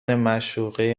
معشوقه